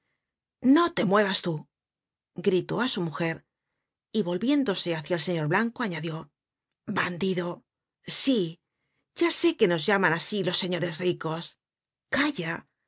no te muevas tú gritó á su mujer y volviéndose hacia el señor blanco añadió bandido sí ya sé que nos llaman asi los señores ricos calla